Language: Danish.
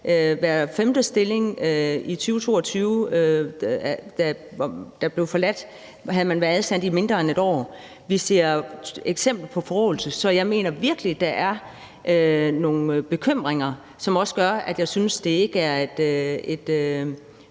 forladte stilling i 2022 havde medarbejderen været ansat i mindre end et år. Vi ser eksempler på forråelse. Så jeg mener virkelig, at der er nogle bekymringer, som også gør, at jeg synes, at man ikke bare